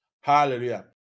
hallelujah